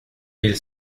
mille